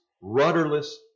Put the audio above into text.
rudderless